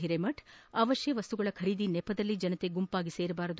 ಹಿರೇಮಠ ಅವಶ್ಯಕ ವಸ್ತುಗಳ ಖರೀದಿ ನೆಪದಲ್ಲಿ ಜನತೆ ಗುಂಪಾಗಿ ಸೇರಬಾರದು